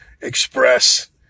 express